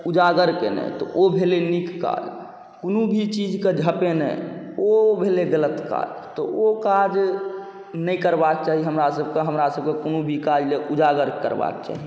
उजागर केनाइ तऽ ओ भेलै नीक काज कोनो भी चीजके झाँपनाइ ओ भेलै गलत काज तऽ ओ काज नहि करबाके चाही हमरासबके हमरासबके कोनो भी काजलए उजागर करबाके चाही